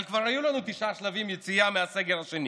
אבל כבר היו לנו תשעה שלבי יציאה מהסגר השני,